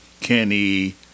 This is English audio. Kenny